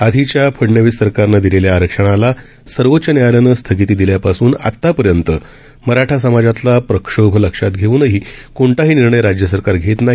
आधीच्या फडनवीस सरकारनं दिलेल्या आरक्षणाला सर्वोच्च न्यायालयानं स्थगिती दिल्यापासून आतापर्यंत मराठा समाजातला प्रक्षोभ लक्षात घेऊनही कोणताही निर्णय राज्यसरकार घेत नाही